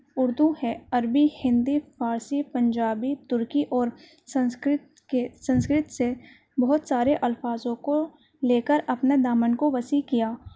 اردو ہے عربی ہندی فارسی پنجابی ترکی اور سنسکرت کے سنسکرت سے بہت سارے الفاظوں کو لے کر اپنا دامن کو وسیع کیا